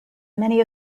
many